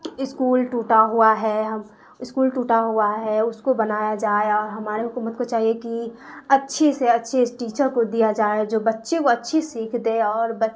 school ٹوٹا ہوا ہے ہم اسکول ٹوٹا ہوا ہے اس کو بنایا جائے اور ہماری حکومت کو چاہیے کہ اچھے سے اچھے ٹیچر کو دیا جائے جو بچے کو اچھی سیکھ دے اور بچ